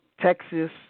Texas